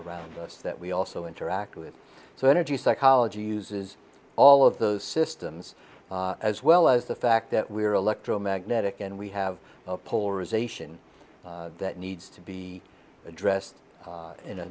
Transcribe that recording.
around us that we also interact with so energy psychology uses all of those systems as well as the fact that we are electromagnetic and we have polarisation that needs to be addressed in a